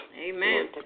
Amen